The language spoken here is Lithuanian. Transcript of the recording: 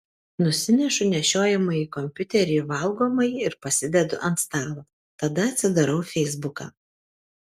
nusinešu nešiojamąjį kompiuterį į valgomąjį ir pasidedu ant stalo tada atsidarau feisbuką